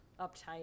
uptight